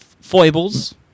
foibles